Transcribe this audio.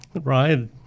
right